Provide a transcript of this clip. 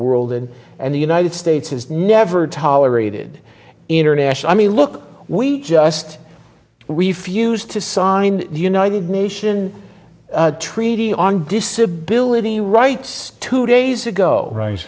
world and and the united states has never tolerated international mean look we just refused to sign the united nation treaty on disability rights two days ago right